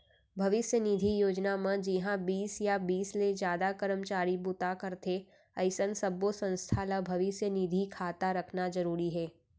भविस्य निधि योजना म जिंहा बीस या बीस ले जादा करमचारी बूता करथे अइसन सब्बो संस्था ल भविस्य निधि खाता रखना जरूरी हे